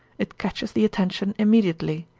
it catches the attention immediately.